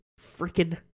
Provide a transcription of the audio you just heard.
freaking